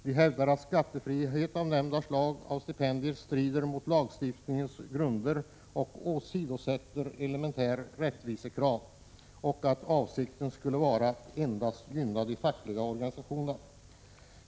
De hävdar att skattefrihet av nämnda slag för stipendier strider mot lagstiftningens grunder och åsidosätter elementära rättvisekrav samt att avsikten endast skulle vara att gynna de fackliga organisationerna.